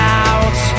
out